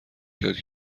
کرد